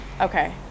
Okay